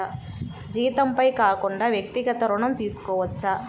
జీతంపై కాకుండా వ్యక్తిగత ఋణం తీసుకోవచ్చా?